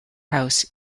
house